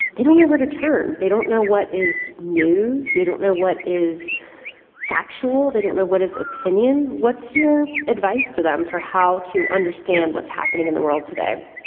they don't know where to turn. they don't know what is news. they don't know what is factual. they don't know what is opinion. what's your advice to them for how to understand what's happening in the world today?